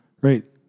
right